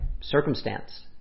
circumstance